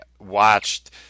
watched